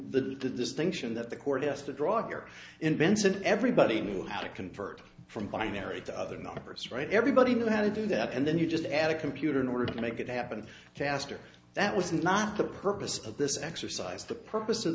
the distinction that the court jester draw here in benson everybody knew how to convert from by mary to other numbers right everybody knew how to do that and then you just add a computer in order to make it happen castor that was not the purpose of this exercise the purpose of